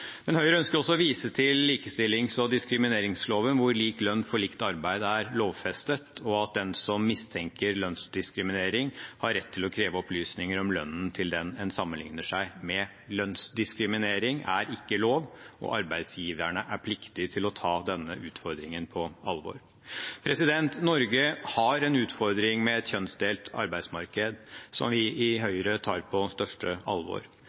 Men Høyre ønsker også å vise til likestillings- og diskrimineringsloven, hvor lik lønn for likt arbeid er lovfestet, og at den som mistenker lønnsdiskriminering, har rett til å kreve opplysninger om lønnen til den en sammenligner seg med. Lønnsdiskriminering er ikke lov, og arbeidsgiverne er pliktig til å ta denne utfordringen på alvor. Norge har en utfordring med et kjønnsdelt arbeidsmarked, som vi i Høyre tar på største alvor.